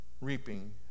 reaping